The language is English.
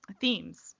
themes